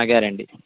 ആ ഗ്യാരൻറി